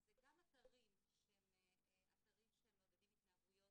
זה גם אתרים שהם אתרים שמעודדים התנהגויות